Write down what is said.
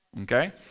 Okay